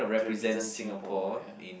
to represent Singapore ya